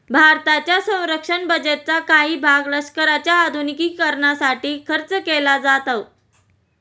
भारताच्या संरक्षण बजेटचा काही भाग लष्कराच्या आधुनिकीकरणासाठी खर्च केला जातो